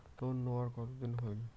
Loan নেওয়ার কতদিন হইল?